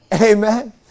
Amen